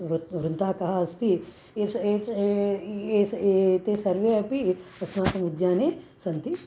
वृन्त् वृन्ताकः अस्ति एते सर्वे अपि अस्माकम् उद्याने सन्ति